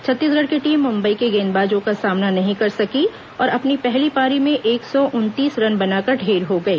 छत्तीसगढ़ की टीम मुंबई के गेंदबाजों का सामना नहीं कर सकी और अपनी पहली पारी में एक सौ उनतीस रन बनाकर ढेर हो गई